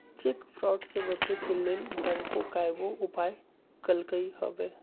cheque fraud से बचे के लेल बैंकों कयगो उपाय कलकइ हबे